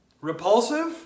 repulsive